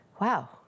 wow